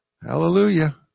Hallelujah